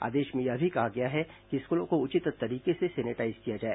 आदेश में यह भी कहा गया है कि स्कूलों को उचित तरीके से सेनिटाईज किया जाए